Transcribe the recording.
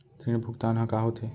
ऋण भुगतान ह का होथे?